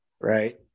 Right